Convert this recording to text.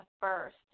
first